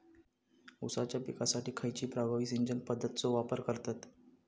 ऊसाच्या पिकासाठी खैयची प्रभावी सिंचन पद्धताचो वापर करतत?